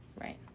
Right